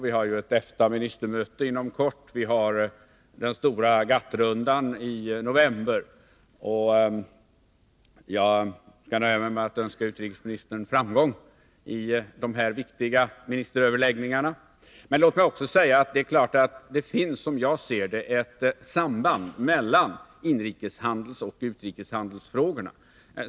Vi har ju ett EFTA-ministermöte inom kort och den stora GATT-rundan i november, och jag kan nöja mig med att önska utrikesministern framgång i de här viktiga ministeröverläggningarna. Låt mig också säga att det självfallet finns, som jag ser det, ett samband mellan inrikeshandelsoch utrikeshandelsfrågorna.